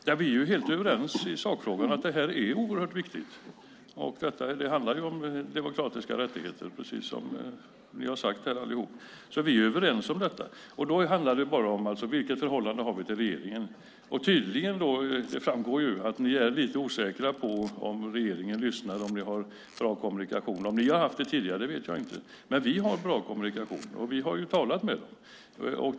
Herr talman! Vi är helt överens i sakfrågan. Detta är oerhört viktigt. Det handlar om demokratiska rättigheter, precis som vi har sagt här allihop. Vi är överens om detta. Det handlar bara om vilket förhållande vi har till regeringen. Det framgår att ni är lite osäkra på om regeringen lyssnar och om ni har bra kommunikation. Om ni har haft det tidigare vet jag inte. Men vi har bra kommunikation, och vi har talat med den.